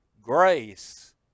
grace